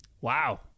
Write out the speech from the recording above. Wow